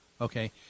Okay